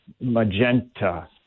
magenta